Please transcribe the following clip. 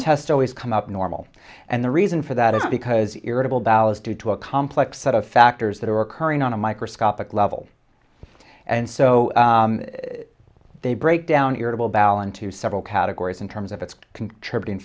test always come up normal and the reason for that is because your edible dollars due to a complex set of factors that are occurring on a microscopic level and so they break down irritable bowel into several categories in terms of its contributing